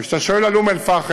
כשאתה שואל על אום-אלפחם,